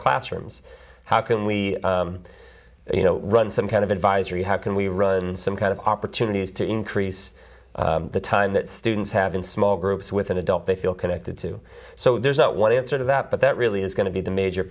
classrooms how can we you know run some kind of advisory how can we run some kind of opportunities to increase the time that students have in small groups with an adult they feel connected to so there's not one answer to that but that really is going to be the major